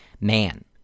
man